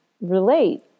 relate